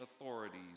authorities